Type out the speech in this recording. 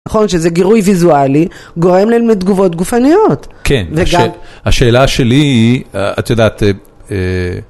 נכון שזה גירוי ויזואלי, גורם ללמד תגובות גופניות. כן, השאלה שלי היא, את יודעת,